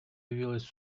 явилось